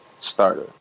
starter